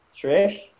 Trish